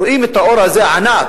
רואים את האור הזה ענק,